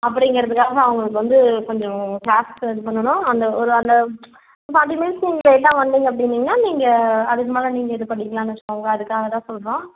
அப்படிங்கறத்துக்காக தான் அவங்களுக்கு வந்து கொஞ்சம் க்ளாஸ் இது பண்ணணும் அந்த ஒரு அந்த ஃபார்ட்டி மினிட்ஸ் நீங்கள் லேட்டாக வந்தீங்க அப்படினீங்கனா நீங்கள் அதுக்கு மேலே நீங்கள் இது பண்ணிக்கலாம்னு வச்சுக்கோங்களேன் அதுக்காக தான் சொல்லுறோம்